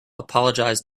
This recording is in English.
apologized